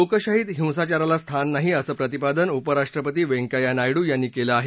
लोकशाहीत हिंसाचाराला स्थान नाही असं प्रतिपादन उपराष्ट्रपती व्यंकय्या नायडू यांनी केलं आहे